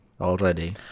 already